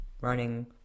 running